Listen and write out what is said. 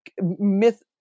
myth